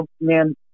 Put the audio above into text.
man